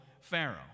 pharaoh